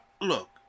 Look